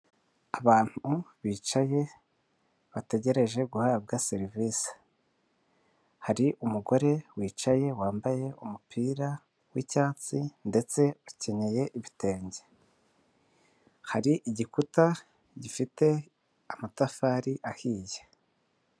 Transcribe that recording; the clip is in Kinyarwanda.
Abantu bicaye bategereje guhabwa serivisi, hari umugore wicaye wambaye umupira w'icyatsi ndetse akeneye ibitenge, hari igikuta gifite amatafari ahiye.